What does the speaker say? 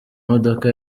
modoka